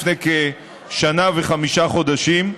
לפני כשנה וחמישה חודשים,